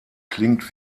klingt